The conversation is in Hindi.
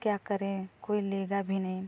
क्या करें कोई लेगा भी नहीं